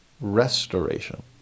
restoration